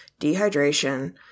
dehydration